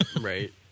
Right